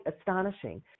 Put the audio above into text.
astonishing